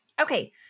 Okay